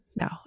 No